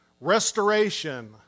restoration